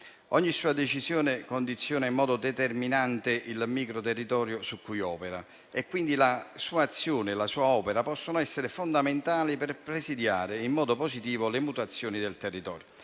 Ogni sua decisione condiziona in modo determinante il micro-territorio su cui opera; la sua azione e la sua opera possono essere fondamentali per presidiare in modo positivo le mutazioni del territorio.